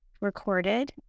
recorded